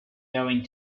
during